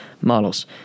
models